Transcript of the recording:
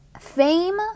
fame